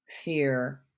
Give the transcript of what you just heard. fear